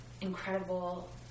incredible